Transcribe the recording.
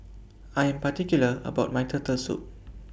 I Am particular about My Turtle Soup